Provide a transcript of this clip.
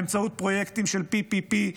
באמצעות פרויקטים של PPP,